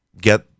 get